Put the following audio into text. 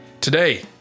Today